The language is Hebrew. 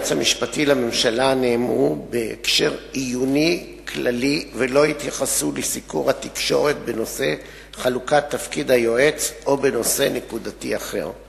היועץ המשפטי לממשלה השמיע דברי ביקורת חריפים נגד התנהלות